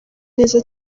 neza